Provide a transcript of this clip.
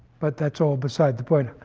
but that's all beside the point.